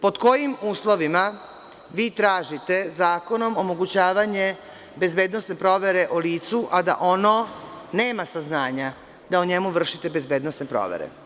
Pod kojim uslovima vi tražite zakonom omogućavanje bezbednosne provere o licu, a da ono nema saznanja da o njemu vršite bezbednosne provere?